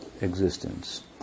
existence